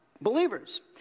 believers